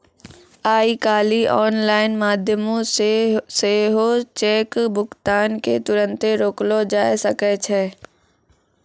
आइ काल्हि आनलाइन माध्यमो से सेहो चेक भुगतान के तुरन्ते रोकलो जाय सकै छै